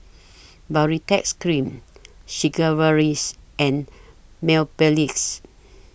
Baritex Cream Sigvaris and Mepilex